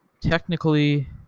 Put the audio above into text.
technically